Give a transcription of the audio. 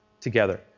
together